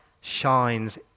shines